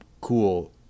cool